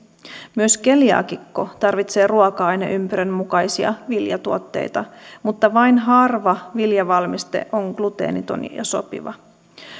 myös keliaakikko tarvitsee ruoka aineympyrän mukaisia viljatuotteita mutta vain harva viljavalmiste on gluteeniton ja sopiva